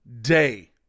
day